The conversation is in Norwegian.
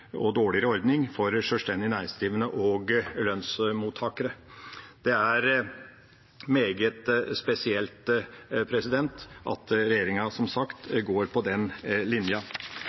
dårligere ordning for sjølstendig næringsdrivende og lønnsmottakere. Det er som sagt meget spesielt at regjeringa går for den linja.